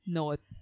note